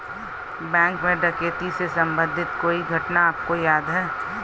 Bank में डकैती से संबंधित कोई घटना आपको याद है?